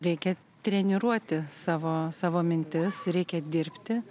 reikia treniruoti savo savo mintis reikia dirbti